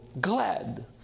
glad